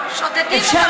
שוד, שודדים את הרוצחים.